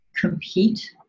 compete